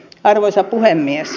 arvoisa puhemies